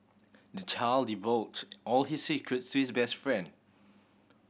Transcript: the child divulged all his secrets to his best friend